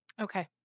Okay